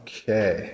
Okay